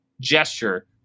gesture